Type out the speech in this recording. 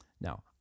Now